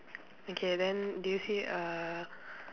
okay then do you see a